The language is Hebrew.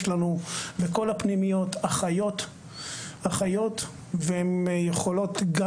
יש לנו בכל הפנימיות אחיות והן יכולות גם